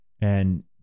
And-